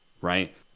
right